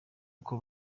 uko